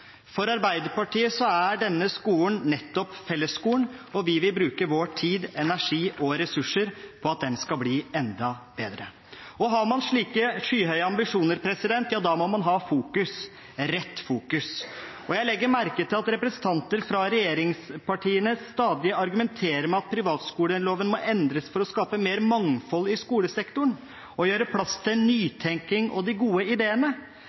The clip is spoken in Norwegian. For Arbeiderpartiet er denne skolen nettopp fellesskolen, og vi vil bruke vår tid, vår energi og våre ressurser på at den skal bli enda bedre. Har man slike skyhøye ambisjoner, må man ha fokus – rett fokus. Og jeg legger merke til at representanter fra regjeringspartiene stadig argumenterer med at privatskoleloven må endres for å skape mer mangfold i skolesektoren og gjøre plass til nytenking og de gode ideene.